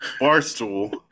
Barstool